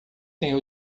têm